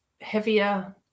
heavier